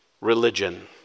religion